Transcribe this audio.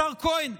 השר כהן,